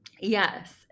Yes